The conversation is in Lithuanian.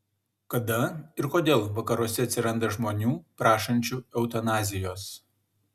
kada ir kodėl vakaruose atsiranda žmonių prašančių eutanazijos